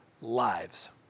lives